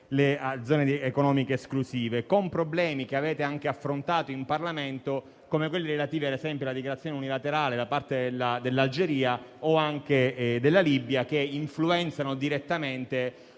le zone economiche esclusive, con problemi che avete anche affrontato in Parlamento, come quelli relativi, ad esempio, alle dichiarazioni unilaterali da parte dell'Algeria o della Libia, che influenzano direttamente